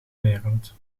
wereld